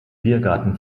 biergarten